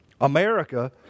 America